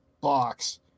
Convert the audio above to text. box